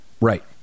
right